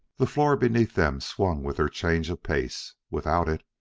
the floor beneath them swung with their change of pace. without it,